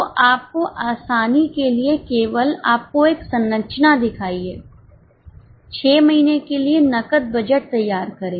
तो आपकी आसानी के लिए केवल आपको एक संरचना दिखाई है 6 महीने के लिए नकद बजट तैयार करें